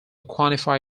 quantify